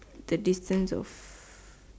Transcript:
the distance of